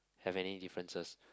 have any differences